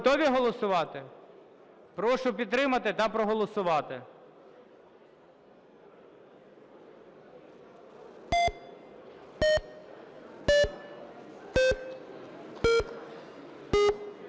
Готові голосувати? Прошу підтримати та проголосувати.